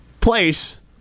place